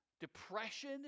depression